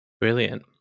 Brilliant